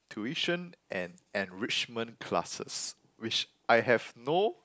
tuition and enrichment classes which I have no